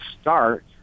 start